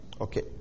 Okay